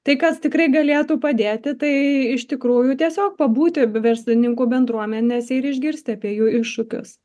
tai kas tikrai galėtų padėti tai iš tikrųjų tiesiog pabūti verslininkų bendruomenėse ir išgirsti apie jų iššūkius